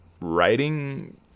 writing